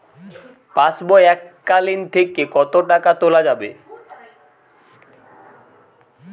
পাশবই এককালীন থেকে কত টাকা তোলা যাবে?